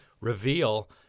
reveal